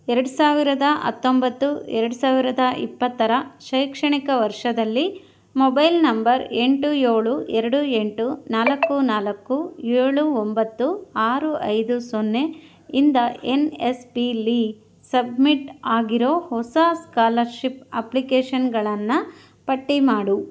ಎರಡು ಸಾವಿರದ ಹತ್ತೊಂಬತ್ತು ಎರಡು ಸಾವಿರದ ಇಪ್ಪತ್ತರ ಶೈಕ್ಷಣಿಕ ವರ್ಷದಲ್ಲಿ ಮೊಬೈಲ್ ನಂಬರ್ ಎಂಟು ಏಳು ಎರಡು ಎಂಟು ನಾಲ್ಕು ನಾಲ್ಕು ಏಳು ಒಂಬತ್ತು ಆರು ಐದು ಸೊನ್ನೆ ಇಂದ ಎನ್ ಎಸ್ ಪಿಯಲ್ಲಿ ಸಬ್ಮಿಟ್ ಆಗಿರೋ ಹೊಸ ಸ್ಕಾಲರ್ಷಿಪ್ ಅಪ್ಲಿಕೇಷನ್ಗಳನ್ನು ಪಟ್ಟಿ ಮಾಡು